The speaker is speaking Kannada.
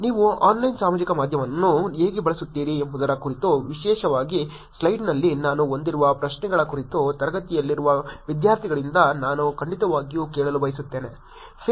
ನೀವು ಆನ್ಲೈನ್ ಸಾಮಾಜಿಕ ಮಾಧ್ಯಮವನ್ನು ಹೇಗೆ ಬಳಸುತ್ತೀರಿ ಎಂಬುದರ ಕುರಿತು ವಿಶೇಷವಾಗಿ ಸ್ಲೈಡ್ನಲ್ಲಿ ನಾನು ಹೊಂದಿರುವ ಪ್ರಶ್ನೆಗಳ ಕುರಿತು ತರಗತಿಯಲ್ಲಿರುವ ವಿದ್ಯಾರ್ಥಿಗಳಿಂದ ನಾನು ಖಂಡಿತವಾಗಿಯೂ ಕೇಳಲು ಬಯಸುತ್ತೇನೆ